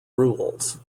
rules